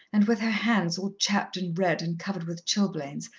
and with her hands all chapped and red and covered with chilblains.